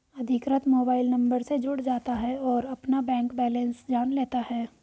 अधिकृत mobile number से जुड़ जाता है और अपना बैंक बेलेंस जान लेता है